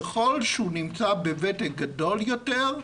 ככל שהוא נמצא בוותק גדול יותר,